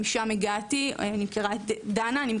כי משם הגעתי ואני מכירה גם את דנה.